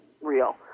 real